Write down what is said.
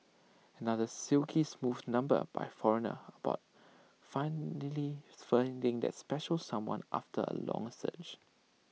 another silky smooth number by foreigner about finally finding that special someone after A long search